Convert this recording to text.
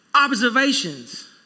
observations